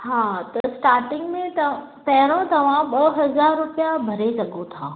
हा त स्टार्टिंग में त पहिरों तव्हां ॿ हज़ार रुपया भरे सघो था